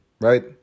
right